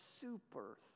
super